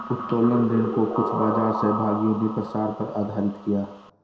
उत्तोलन ऋण को कुछ बाजार सहभागियों ने प्रसार पर आधारित किया